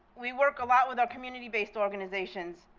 we work a lot with our community-based organizations.